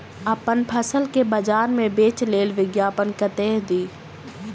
अप्पन फसल केँ बजार मे बेच लेल विज्ञापन कतह दी?